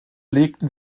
legten